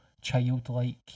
childlike